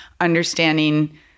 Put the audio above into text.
understanding